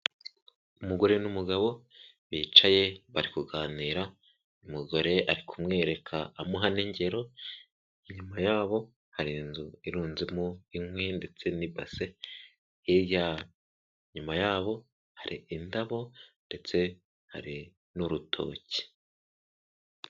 Umugore n'umugabo bicaye bari kuganira umugore ari kumwereka amuha n'ingero nyuma yabo hari inzu irunzemo inkwi ndetse n'imbase iya nyuma ya hari indabo ndetse hari n'urutoki.